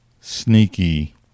sneaky